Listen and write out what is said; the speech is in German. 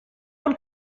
und